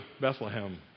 Bethlehem